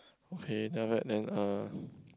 okay then after that then uh